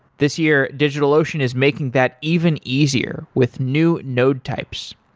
this year, digitalocean is making that even easier with new node types.